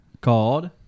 called